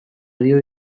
dio